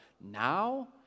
now